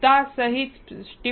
જડતા સમજવી